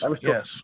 Yes